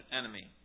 enemy